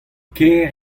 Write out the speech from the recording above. kaer